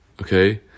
okay